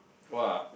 !wah!